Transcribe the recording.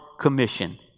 commission